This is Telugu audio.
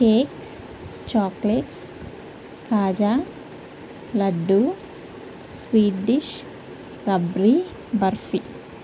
cakes chocolates kaja laddu sweet dish rabri barfi